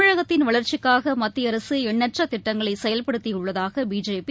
தமிழகத்தின் வளர்ச்சிக்காக மத்திய அரசு எண்ணற்ற திட்டங்களை செயல்படுத்தியுள்ளதாக பிஜேபி